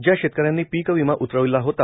ज्या शेतकऱ्यांनी पीक विमा उतरविला होता